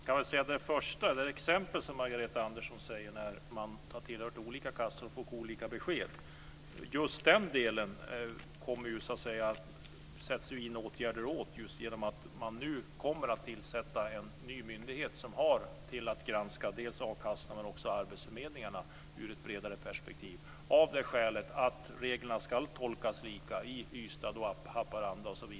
Fru talman! Just det som Margareta Andersson tog upp i sitt exempel, att man har tillhört olika kassor och fått olika besked, kommer det att sättas in åtgärder mot genom att man nu kommer att tillsätta en ny myndighet som har att granska dels a-kassorna, dels arbetsförmedlingarna ur ett bredare perspektiv. Skälet är att reglerna ska tolkas lika från Ystad till Haparanda.